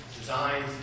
designs